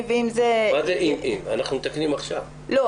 מה לא אמרת קודם?